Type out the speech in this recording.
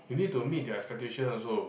you need to meet their expectation also